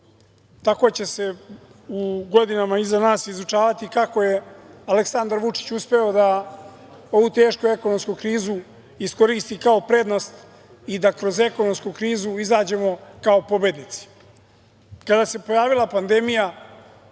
tako će se u godinama iza nas izučavati kako je Aleksandar Vučić uspeo da ovu tešku ekonomsku krizu iskoristi kao prednost i da kroz ekonomsku krizu izađemo kao pobednici. Kada se pojavila pandemija